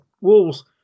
Wolves